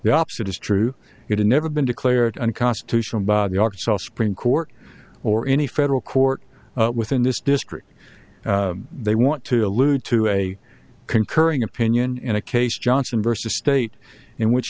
the opposite is true it had never been declared unconstitutional by the arkansas supreme court or any federal court within this district they want to allude to a concurring opinion in a case johnson versus state in which